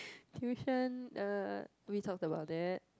tuition uh we talked about that